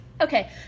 Okay